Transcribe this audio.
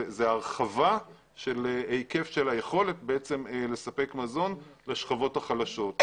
זאת הרחבה של היקף של היכולת לספק מזון לשכבות החלשות.